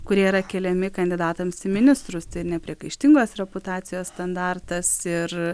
kurie yra keliami kandidatams į ministrus tai nepriekaištingos reputacijos standartas ir